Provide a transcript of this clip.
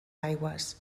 aigües